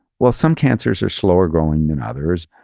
well, some cancers are slower growing than others,